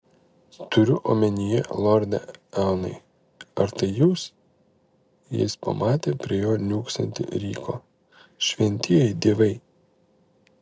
turiu omenyje lorde eonai ar tai jūs jis pamatė prie jo niūksantį ryko šventieji dievai